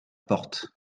porte